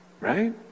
right